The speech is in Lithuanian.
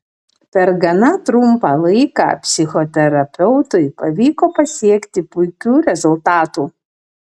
per gana trumpą laiką psichoterapeutui pavyko pasiekti puikių rezultatų